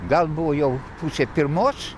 gal buvo jau pusė pirmos